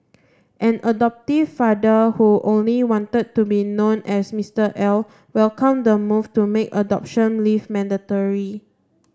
an adoptive father who only wanted to be known as Mister L welcomed the move to make adoption leave mandatory